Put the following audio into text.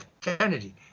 Kennedy